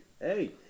Hey